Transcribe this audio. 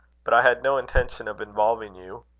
but i had no intention of involving you.